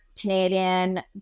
Canadian